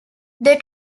they